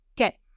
Okay